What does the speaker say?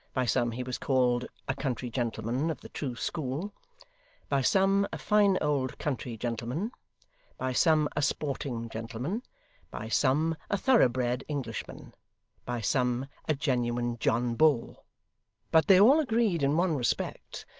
by some he was called a country gentleman of the true school by some a fine old country gentleman by some a sporting gentleman by some a thorough-bred englishman by some a genuine john bull but they all agreed in one respect,